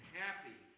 happy